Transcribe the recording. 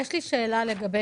אם אני מסתכלת על הקטע